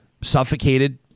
Suffocated